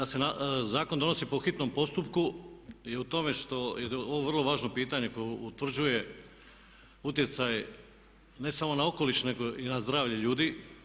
Problem da se zakon donosi po hitnom postupku je u tome što je ovo vrlo važno pitanje koje utvrđuje utjecaj ne samo na okoliš nego i na zdravlje ljudi.